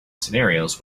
scenarios